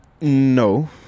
no